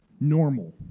Normal